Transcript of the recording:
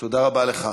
תודה רבה לך,